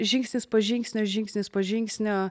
žingsnis po žingsnio žingsnis po žingsnio